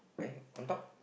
uh on top